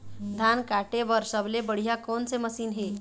धान काटे बर सबले बढ़िया कोन से मशीन हे?